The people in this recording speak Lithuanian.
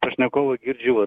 pašnekovą girdžiu